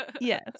Yes